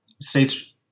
States